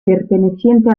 perteneciente